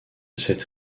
cette